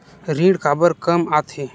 ऋण काबर कम आथे?